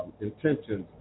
intentions